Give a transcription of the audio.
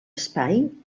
espai